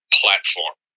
platform